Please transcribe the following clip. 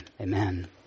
Amen